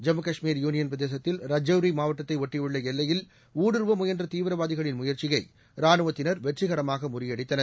Jammu Kashmir union பிரதேசத்தில் ரஜோரி மாவட்டத்தைச் ஒட்டியுள்ள எல்லையில் ஊடுருவ முயன்ற தீவிரவாதிகளின் முயற்சியை ராணுவத்தினர் வெற்றிகரமாக முறியடித்தனர்